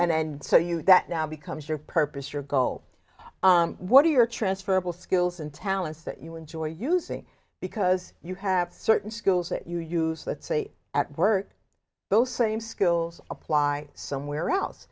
and so you that now becomes your purpose your goal what are your transferable skills and talents that you enjoy using because you have certain skills that you use that say at work those same skills apply somewhere else